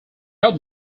help